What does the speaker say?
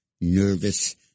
nervous